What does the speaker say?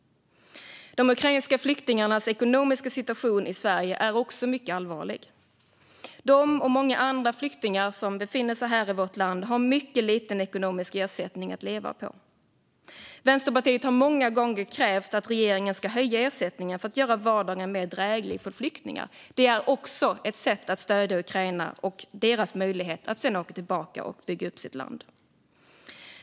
De ukrainska flyktingarnas ekonomiska situation i Sverige är också mycket allvarlig. De och många andra flyktingar som befinner sig i vårt land har mycket liten ekonomisk ersättning att leva på. Vänsterpartiet har många gånger krävt att regeringen ska höja ersättningen för att göra vardagen mer dräglig för flyktingar. Det är också ett sätt att stödja Ukraina och ukrainarnas möjligheter att sedan åka tillbaka och bygga upp sitt land.